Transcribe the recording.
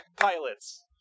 pilots